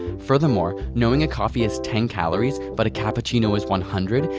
furthermore, knowing a coffee has ten calories but a cappuccino has one hundred,